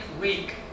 week